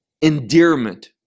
endearment